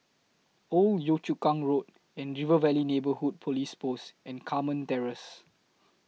Old Yio Chu Kang Road River Valley Neighbourhood Police Post and Carmen Terrace